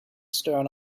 stern